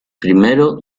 primero